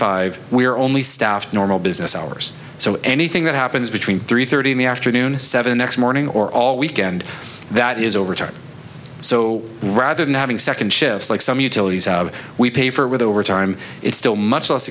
five we are only staffed normal business hours so anything that happens between three thirty in the afternoon and seven next morning or all weekend that is overtime so rather than having second shifts like some utilities we pay for with overtime it's still much less